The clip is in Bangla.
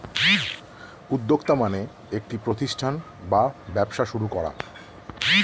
উদ্যোক্তা মানে একটি প্রতিষ্ঠান বা ব্যবসা শুরু করা